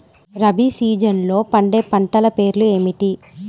రబీ సీజన్లో పండే పంటల పేర్లు ఏమిటి?